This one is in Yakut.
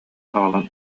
аҕалан